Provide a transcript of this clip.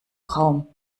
raum